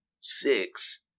Six